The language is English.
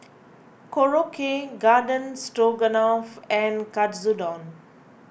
Korokke Garden Stroganoff and Katsudon